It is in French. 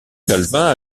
calvin